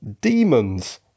demons